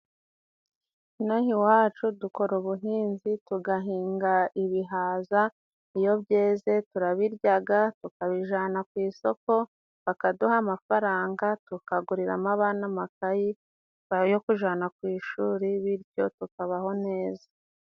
Inaha iwacu dukora ubuhinzi tugahinga ibihaza iyo byeze turabiryaga tukabijana ku soko bakaduha amafaranga tukaguriramo abana amakayi ayo kujana ku ishuri bityo tukabaho neza.